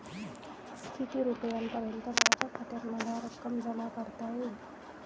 किती रुपयांपर्यंत माझ्या खात्यात मला रक्कम जमा करता येईल?